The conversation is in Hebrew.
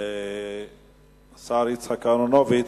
השר יצחק אהרונוביץ,